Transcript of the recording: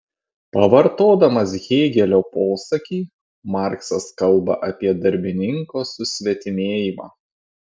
pavartodamas hėgelio posakį marksas kalba apie darbininko susvetimėjimą